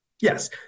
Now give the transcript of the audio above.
Yes